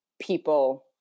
people